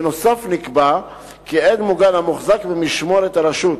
בנוסף, נקבע כי עד מוגן המוחזק במשמורת הרשות,